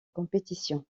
compétition